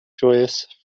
joyous